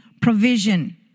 provision